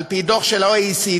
על-פי דוח של ה-OECD,